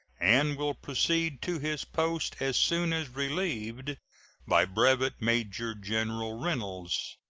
and will proceed to his post as soon as relieved by brevet major-general reynolds.